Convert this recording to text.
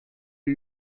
der